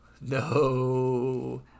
No